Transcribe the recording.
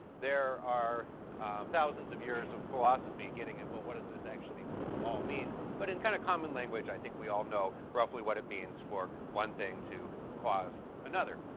there are thousands of years of philosophy getting at, well, what does this actually all mean? but in kind of common language, i think we all know roughly what it means for one thing to cause another.